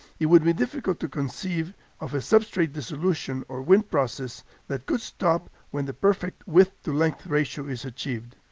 it would be difficult to conceive of a substrate dissolution or wind process that could stop when the perfect width-to-length ratio is achieved,